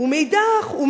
ומאידך גיסא,